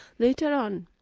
later on,